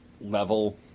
level